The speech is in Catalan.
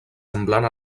semblant